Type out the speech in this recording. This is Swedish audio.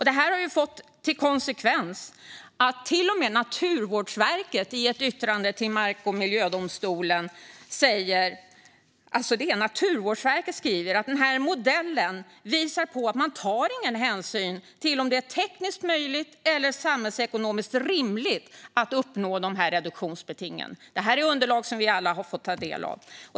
Det här har fått som konsekvens att till och med Naturvårdsverket i ett yttrande till mark och miljödomstolen säger att modellen visar att man inte tar någon hänsyn till om det är tekniskt möjligt eller samhällsekonomiskt rimligt att uppnå de här reduktionsbetingen. Detta är underlag som vi alla har fått ta del av.